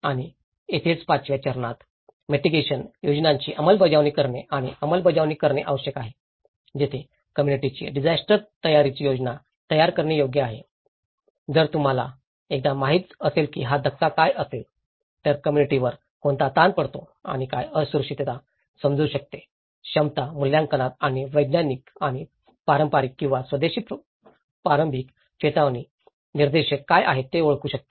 आणि येथेच पाचव्या चरणात मिटिगेशन योजनांची अंमलबजावणी करणे आणि अंमलबजावणी करणे आवश्यक आहे जेथे कम्म्युनिटीाची डिजास्टर तयारीची योजना तयार करणे योग्य आहे जर तुम्हाला एकदा माहित असेल की हा धक्का काय असेल तर कम्म्युनिटीावर कोणता ताण पडतो आणि काय असुरक्षितता समजू शकते क्षमता मूल्यांकनात आणि वैज्ञानिक आणि पारंपारिक किंवा स्वदेशी प्रारंभिक चेतावणी निर्देशक काय आहेत हे ओळखू शकते